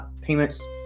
payments